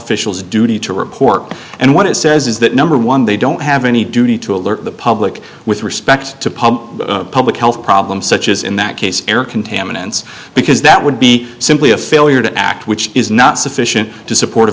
officials duty to report and what it says is that number one they don't have any duty to alert the public with respect to pub public health problems such as in that case air contaminants because that would be simply a failure to act which is not sufficient to support a